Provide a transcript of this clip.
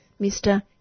Mr